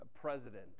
president